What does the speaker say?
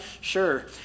Sure